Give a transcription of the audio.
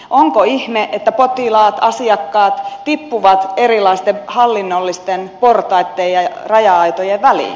onko ihme että potilaat asiakkaat tippuvat erilaisten hallinnollisten portaitten ja raja aitojen väliin